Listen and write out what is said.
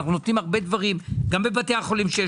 אנחנו נותנים הרבה דברים, גם בבתי החולים.